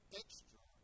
extra